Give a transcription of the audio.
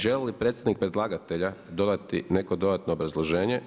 Želi li predstavnik predlagatelja dodati neko dodatno obrazloženje?